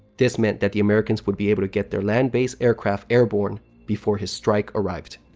this meant that the americans would be able to get their land-based aircraft airborne before his strike arrived.